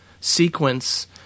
sequence